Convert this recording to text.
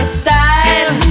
style